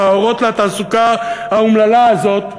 ה"אורות לתעסוקה" האומללה הזאת.